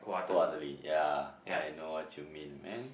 wholeheartedly ya I know what you mean man